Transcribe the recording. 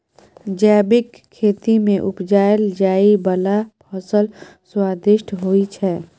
जैबिक खेती मे उपजाएल जाइ बला फसल स्वादिष्ट होइ छै